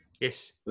Yes